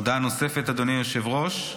הודעה נוספת, אדוני היושב-ראש.